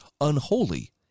unholy